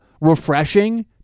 refreshing